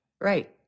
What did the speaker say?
Right